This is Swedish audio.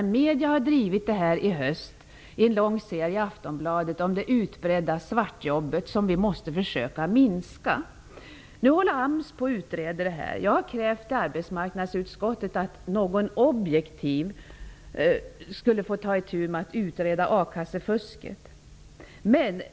I en lång serie i Aftonbladet i höstas tog man dock upp det utbredda problemet med svartjobb. Det måste vi försöka minska. Nu håller AMS på att utreda detta. Jag har i arbetsmarknadsutskottet krävt att någon objektiv person skall utreda akassefusket.